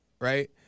right